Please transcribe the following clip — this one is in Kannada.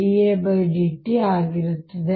dA dt ಆಗಿರುತ್ತದೆ